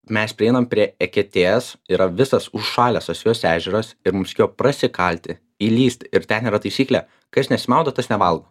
mes prieinam prie eketės yra visas užšalęs asvejos ežeras ir mums reikėjo prasikalti įlįsti ir ten yra taisyklė kas nesimaudo tas nevalgo